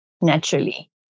naturally